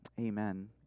Amen